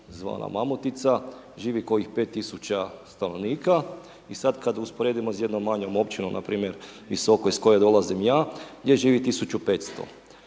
zvana mamutica živi kojih 5.000 stanovnika i sad kad usporedimo s jednom manjom općinom npr. Visoko iz koje dolazim ja gdje živi 1.500.